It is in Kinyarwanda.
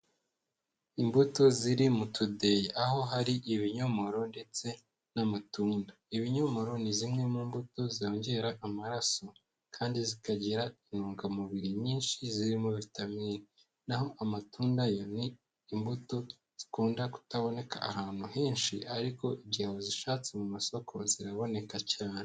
Imbuto ziri mu tudeyi aho hari ibinyomoro ndetse n'amatunda. Ibinyomoro ni zimwe mu mbuto zongera amaraso kandi zikagira intungamubiri nyinshi zirimo vitamini naho amatunda yo ni imbuto zikunda kutaboneka ahantu henshi ariko igihe wazishatse mu masoko ziraboneka cyane.